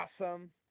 awesome